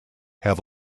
have